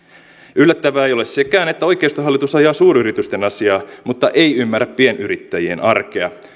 yllättävää ei ole sekään että oikeistohallitus ajaa suuryritysten asiaa mutta ei ymmärrä pienyrittäjien arkea